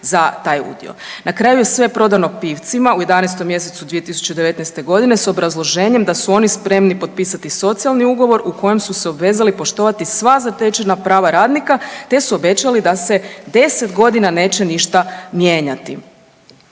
Na kraju je sve prodano Pivcima u 11. mj. 2019. g. s obrazloženjem da su oni spremni potpisati socijalni ugovor u kojem su se obvezali poštovati sva zatečena prava radnika te su obećali da se 10 godina neće ništa mijenjati.